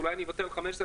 אולי אני אוותר על -- אתה